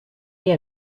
est